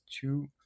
two